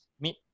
meet